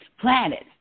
planet